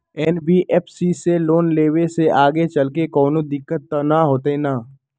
NBFC से loan लेबे से आगेचलके कौनो दिक्कत त न होतई न?